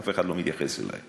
אף אחד לא מתייחס אלי,